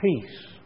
peace